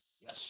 Yes